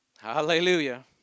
Hallelujah